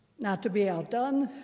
not to be outdone,